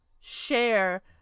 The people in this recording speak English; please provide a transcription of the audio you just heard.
share